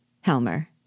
Helmer